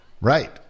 right